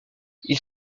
ils